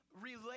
relate